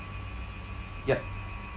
yup